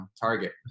Target